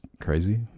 crazy